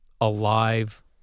alive